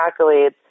accolades